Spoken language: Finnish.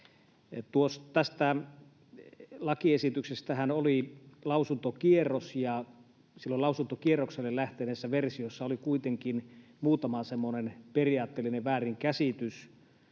Tästä lakiesityksestähän oli lausuntokierros, ja silloin lausuntokierrokselle lähteneessä versiossa oli kuitenkin muutama periaatteellinen väärinkäsitys.